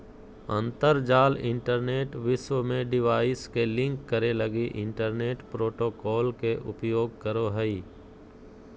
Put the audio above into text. अंतरजाल इंटरनेट विश्व में डिवाइस के लिंक करे लगी इंटरनेट प्रोटोकॉल के उपयोग करो हइ